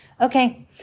Okay